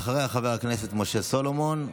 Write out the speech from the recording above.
אחריה, חבר הכנסת משה סלומון,